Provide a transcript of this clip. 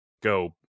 go